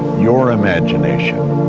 your imagination